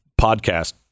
podcast